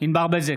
ענבר בזק,